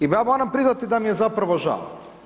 I ja moram priznati da i je zapravo žao.